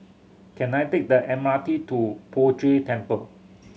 can I take the M R T to Poh Jay Temple